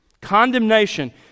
Condemnation